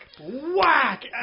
Whack